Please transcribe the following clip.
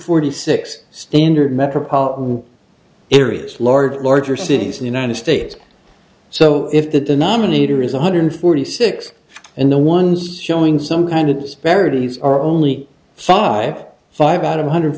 forty six standard metropolitan areas large larger cities in the united states so if the denominator is one hundred forty six and the ones showing some kind of disparities are only five five out of hundred